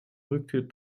rücktritt